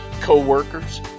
co-workers